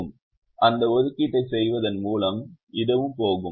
அந்த ஒதுக்கீட்டை செய்வதன் மூலம் இதுவும் போகும் இதுவும் போகும்